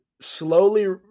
slowly